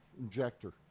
Injector